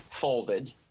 folded